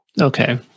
Okay